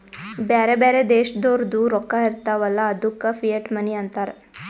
ಬ್ಯಾರೆ ಬ್ಯಾರೆ ದೇಶದೋರ್ದು ರೊಕ್ಕಾ ಇರ್ತಾವ್ ಅಲ್ಲ ಅದ್ದುಕ ಫಿಯಟ್ ಮನಿ ಅಂತಾರ್